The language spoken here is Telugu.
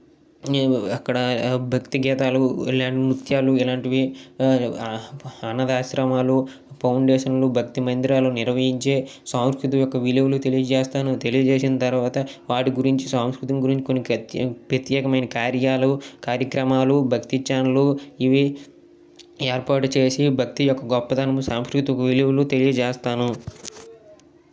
నేను అక్కడ భక్తి గీతాలు లే ముత్యాలు ఇలాంటివి అనాధ ఆశ్రమాలు ఫౌండేషన్ భక్తి మందిరాలు నిర్వహించే సాంస్కృతి యొక్క విలువలు తెలియజేస్తాను తెలియజేసిన తర్వాత వాటి గురించి సాంస్కృతి గురించి కొన్ని ప్రత్యేకమైన కార్యాలు కార్యక్రమాలు భక్తి ఛానల్ ఇవి ఏర్పాటు చేసి భక్తి యొక్క గొప్పదనము సాంస్కృతిక విలువలు తెలియజేస్తాను